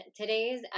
today's